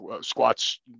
squats